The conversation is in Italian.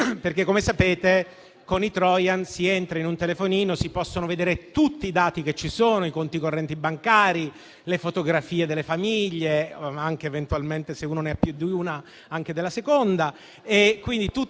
Come sapete, con i *trojan* si entra in un telefonino e si possono vedere tutti i dati che ci sono: i conti correnti bancari, le fotografie delle famiglie, anche eventualmente della seconda,